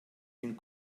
den